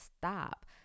stop